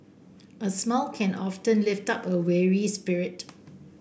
a smile can often lift up a weary spirit